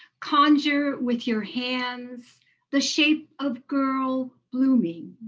conjure with your hands the shape of girl blooming,